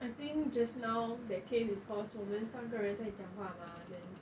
I think just now that case is cause 我们三个人在讲话嘛 then